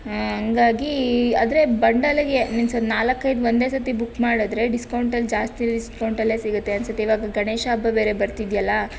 ಹಾಂ ಹಾಗಾಗಿ ಆದರೆ ಬಂಡಲಿಗೆ ಮೀನ್ಸ್ ಒಂದು ನಾಲ್ಕೈದು ಒಂದೇ ಸತಿ ಬುಕ್ ಮಾಡಿದರೆ ಡಿಸ್ಕೌಂಟಲ್ಲಿ ಜಾಸ್ತಿ ಡಿಸ್ಕೌಂಟಲ್ಲೇ ಸಿಗತ್ತೆ ಅನ್ನಿಸುತ್ತೆ ಈವಾಗ ಗಣೇಶ ಹಬ್ಬ ಬೇರೆ ಬರ್ತಿದೆಯಲ್ಲ